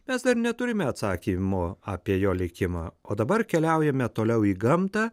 mes dar neturime atsakymo apie jo likimą o dabar keliaujame toliau į gamtą